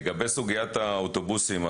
לגבי סוגיית האוטובוסים,